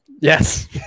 Yes